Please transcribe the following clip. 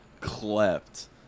cleft